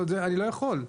אני לא יכול.